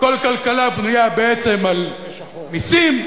כל כלכלה בנויה בעצם על מסים,